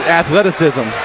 athleticism